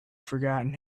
forgotten